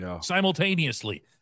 Simultaneously